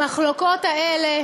המחלוקות האלה